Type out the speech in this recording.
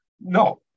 No